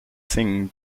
signes